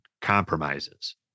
compromises